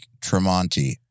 Tremonti